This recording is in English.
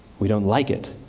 we don't like it.